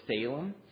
Salem